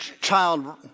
child